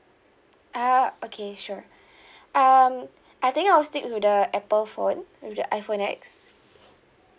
ah okay sure um I think I'll stick with the apple phone with the iphone X